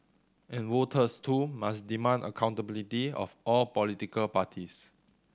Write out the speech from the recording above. and voters too must demand accountability of all political parties